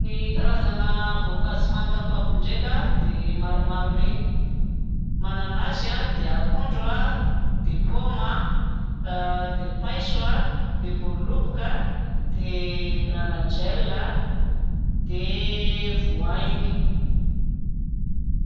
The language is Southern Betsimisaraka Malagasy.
Ny karazana voankazo fantako aby ndraika dia maromaro mi mananasy a dia akondro a dia paoma dia paiso a dia voaloboka a dia garanadrelina a dia voangy.